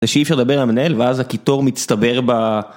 זה שאי אפשר לדבר על מנהל ואז הקיטור מצטבר ב...